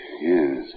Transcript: yes